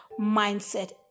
mindset